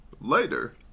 later